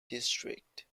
district